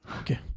Okay